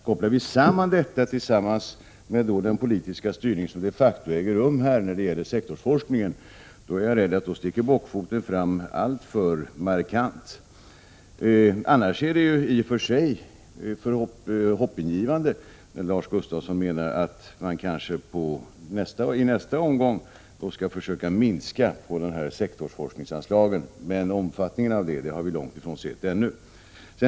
Kopplar vi samman detta med den politiska styrning som de facto äger rum här när det gäller sektorsforskningen, är jag rädd att bockfoten sticker fram alltför markant. Annars är det i och för sig hoppingivande när Lars Gustafsson menar att man i nästa omgång kanske skall försöka minska på sektorsforskningsanslagen. Men omfattningen av det har vi långt ifrån sett än.